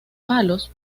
palos